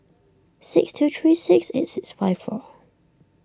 six two three six eight six five four